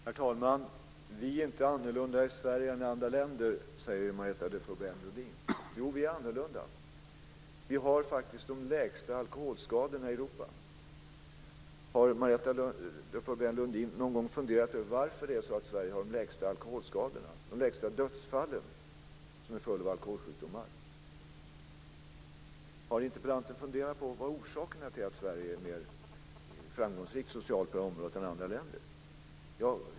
Herr talman! Marietta de Pourbaix-Lundin säger att vi inte är annorlunda i Sverige än i andra länder. Jo, det är vi. Vi har faktiskt minst alkoholskador i hela Europa. Har Marietta de Pourbaix-Lundin någon gång funderat över varför vi i Sverige har minst alkoholskador och det lägsta antalet dödsfall som en följd av alkoholsjukdomar? Har interpellanten funderat på vad orsaken är till att Sverige är mer framgångsrikt på det här området än andra länder?